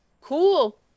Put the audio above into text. cool